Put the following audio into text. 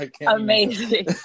amazing